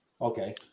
Okay